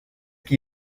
qui